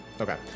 Okay